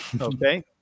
okay